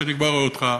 שאני כבר רואה אותך,